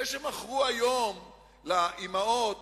זה שמכרו היום לאמהות